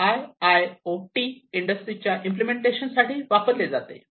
जे I I O T industries च्या implementation साठी वापरले जाते